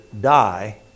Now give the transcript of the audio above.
die